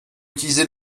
utiliser